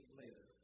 later